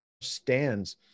stands